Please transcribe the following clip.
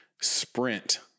Sprint